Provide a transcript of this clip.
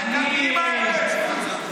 תנו לו לסיים את דבריו.